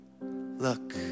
look